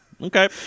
Okay